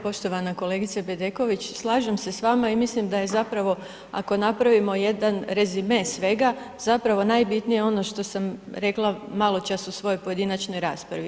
Poštovana kolegice Bedeković, slažem se s vama i mislim da je zapravo ako napravimo jedan rezime svega zapravo najbitnije ono što sam rekla maločas u svojoj pojedinačnoj raspravi.